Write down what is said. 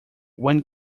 when